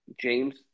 James